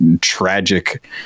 tragic